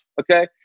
okay